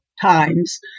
times